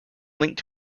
linked